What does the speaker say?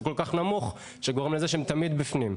הוא כל כך נמוך שגורם לזה שהם תמיד בפנים.